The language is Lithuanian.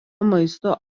maisto